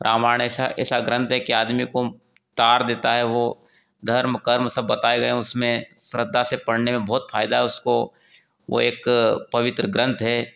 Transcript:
रामायण ऐसा एसा ग्रंथ है कि आदमी को तार देता है वह धर्म कर्म सब बताए गए उसमें श्रद्धा से पढ़ने में बहुत फ़ायदा है उसको वह एक पवित्र ग्रंथ है